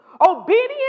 Obedience